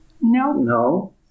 No